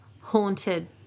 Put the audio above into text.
haunted